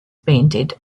painted